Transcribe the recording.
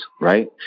right